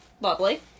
Lovely